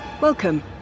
welcome